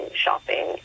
shopping